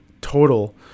total